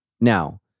now